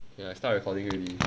ya I start recording already